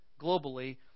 globally